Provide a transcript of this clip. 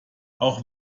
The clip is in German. auch